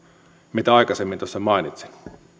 minkä aikaisemmin tässä mainitsin